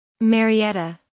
Marietta